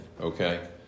okay